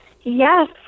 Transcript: Yes